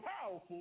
powerful